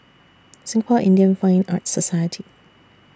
Singapore Indian Fine Arts Society